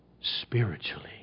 spiritually